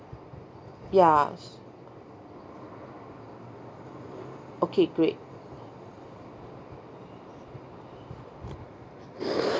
ya s~ okay great